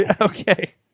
okay